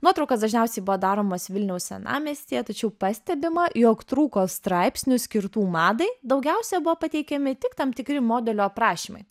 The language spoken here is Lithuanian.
nuotraukos dažniausiai buvo daromos vilniaus senamiestyje tačiau pastebima jog trūko straipsnių skirtų madai daugiausia buvo pateikiami tik tam tikri modelių aprašymai